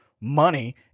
Money